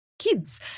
Kids